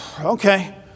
okay